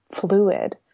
fluid